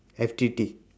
F_T_T